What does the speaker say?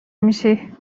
میشی